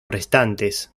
restantes